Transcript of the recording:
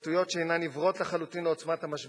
בהתבטאויות שהן עיוורות לחלוטין לעוצמת המשבר